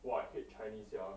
!wah! I hate chinese sia